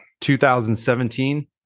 2017